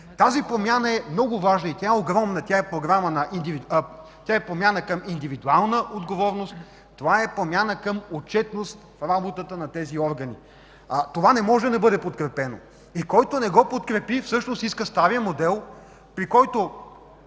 Тази промяна е много важна, огромна, тя е промяна към индивидуална отговорност, към отчетност в работата на тези органи. Това не може да не бъде подкрепено. Който не го подкрепи, всъщност иска стария модел, в който